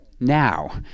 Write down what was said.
now